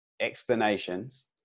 Explanations